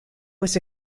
was